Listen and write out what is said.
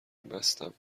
مستم